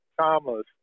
Thomas